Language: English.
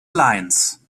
alliance